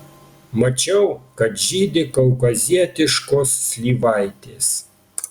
mačiau kad žydi kaukazietiškos slyvaitės